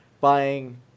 buying